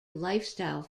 lifestyle